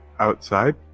Outside